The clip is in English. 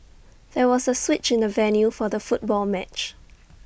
there was A switch in the venue for the football match